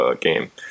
game